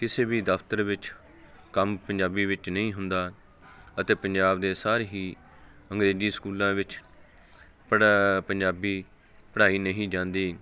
ਕਿਸੇ ਵੀ ਦਫਤਰ ਵਿੱਚ ਕੰਮ ਪੰਜਾਬੀ ਵਿੱਚ ਨਹੀਂ ਹੁੰਦਾ ਅਤੇ ਪੰਜਾਬ ਦੇ ਸਾਰੇ ਹੀ ਅੰਗਰੇਜ਼ੀ ਸਕੂਲਾਂ ਵਿੱਚ ਪੜ੍ਹਾ ਪੰਜਾਬੀ ਪੜ੍ਹਾਈ ਨਹੀਂ ਜਾਂਦੀ